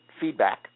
feedback